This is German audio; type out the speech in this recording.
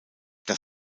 das